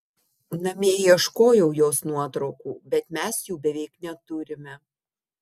namie ieškojau jos nuotraukų bet mes jų beveik neturime